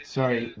sorry